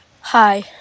Hi